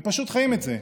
הם פשוט חיים את זה.